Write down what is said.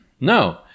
No